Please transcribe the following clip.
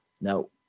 no